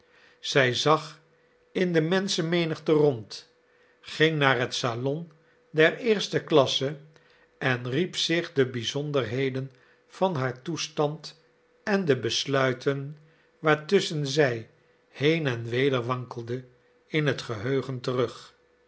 zij zag in de menschenmenigte rond ging naar het salon der eerste klasse en riep zich de bizonderheden van haar toestand en de besluiten waartusschen zij heen en weder wankelde in het geheugen terug